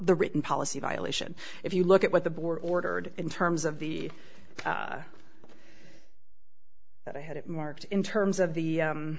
the written policy violation if you look at what the board ordered in terms of the i had it marked in terms of the